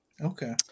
Okay